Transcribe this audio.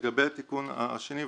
לגבי התיקון השני,